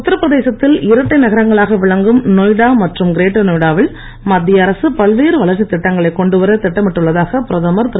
உத்தரப்பிரதேசத்தில் இரட்டை நகரங்களாக விளங்கும் நொய்டா மற்றும் கிரேட்டர் நொய்டா வில் மத்திய அரசு பல்வேறு வளர்ச்சித் திட்டங்களை கொண்டு வர திட்டமிட்டுள்ளதாக பிரதமர் திரு